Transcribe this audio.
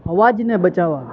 અવાજને બચાવવા